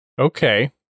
okay